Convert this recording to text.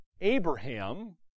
Abraham